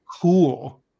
cool